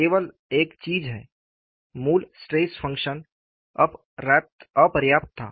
केवल एक चीज है मूल स्ट्रेस फंक्शन अपर्याप्त था